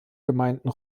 gemeinden